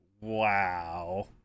Wow